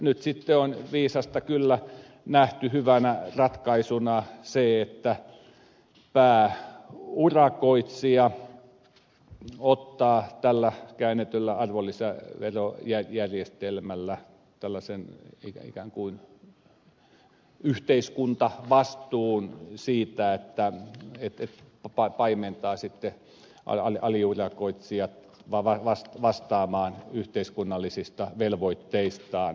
nyt sitten on viisasta kyllä nähty hyväksi ratkaisuksi se että pääurakoitsija ottaa tällä käännetyllä arvonlisäverojärjestelmällä tällaisen ikään kuin yhteiskuntavastuun siitä että paimentaa sitten aliurakoitsijat vastaamaan yhteiskunnallisista velvoitteistaan